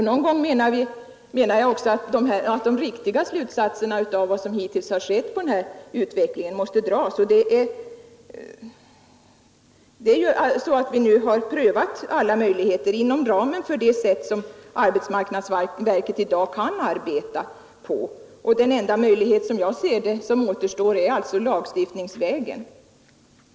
Jag menar också att någon gång måste de riktiga slutsatserna dras av vad som hittills skett i fråga om den här verksamheten. Vi har ju prövat alla möjligheter inom ramen för det sätt som arbetsmarknadsverket i dag kan arbeta på. Den enda möjlighet — såsom jag ser det — som återstår är alltså lagstiftningsvägen.